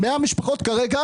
כרגע